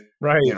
right